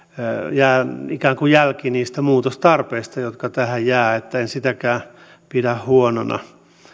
jää ikään kuin jälki niistä muutostarpeista jotka tähän jäävät en sitäkään pidä huonona